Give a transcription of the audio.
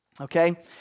Okay